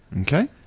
Okay